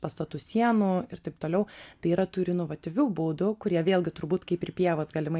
pastatų sienų ir taip toliau tai yra tų ir inovatyvių būdu kurie vėlgi turbūt kaip ir pievos galimai